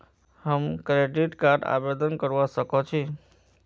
हम credit card आवेदन करवा संकोची?